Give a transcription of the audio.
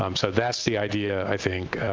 um so that's the idea, i think,